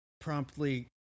promptly